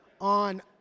On